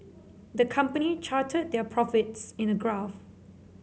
the company charted their profits in the graph